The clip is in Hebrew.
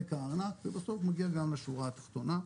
הארנק ובסוף זה מגיע גם לשורה התחתונה.